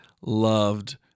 loved